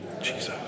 Jesus